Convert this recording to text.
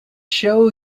show